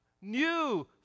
new